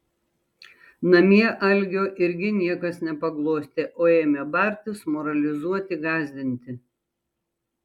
namie algio irgi niekas nepaglostė o ėmė bartis moralizuoti gąsdinti